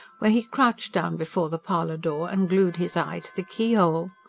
where he crouched down before the parlour-door and glued his eye to the keyhole.